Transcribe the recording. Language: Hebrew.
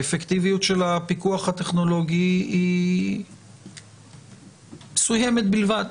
האפקטיביות של הפיקוח הטכנולוגי היא מסוימת בלבד,